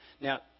Now